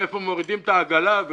מאיפה מורידים את העגלה,